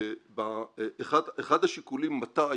אחד השיקולים מתי,